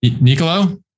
Nicolo